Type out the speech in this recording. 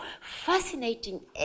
fascinating